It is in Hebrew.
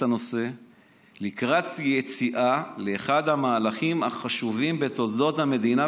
הנושא לקראת יציאה לאחד המהלכים החשובים בתולדות המדינה.